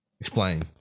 Explain